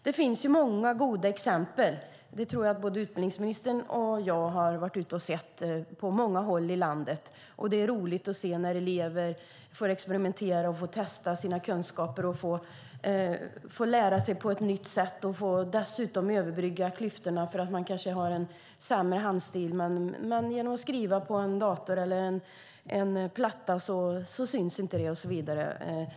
Det finns många goda exempel, och det tror jag att både utbildningsministern och jag har sett på många håll i landet. Det är roligt att se när elever får experimentera, testa sina kunskaper och lära sig på ett nytt sätt. Dessutom kan klyftor överbryggas. Någon kanske har en sämre handstil, men genom att man skriver på en dator eller en platta syns inte detta och så vidare.